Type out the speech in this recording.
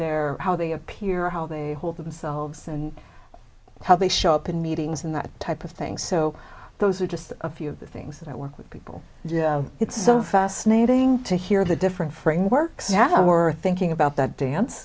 their how they appear how they hold themselves and how they show up in meetings and that type of thing so those are just a few of the things that i work with people and it's so fascinating to hear the different frameworks have worth thinking about that dance